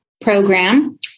program